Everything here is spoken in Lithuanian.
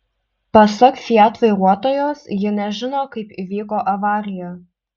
pasak fiat vairuotojos ji nežino kaip įvyko avarija